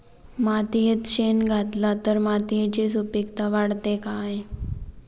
मातयेत शेण घातला तर मातयेची सुपीकता वाढते काय?